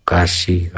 Kashi